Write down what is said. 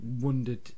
wondered